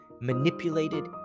manipulated